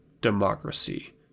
democracy